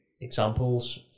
examples